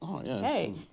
Hey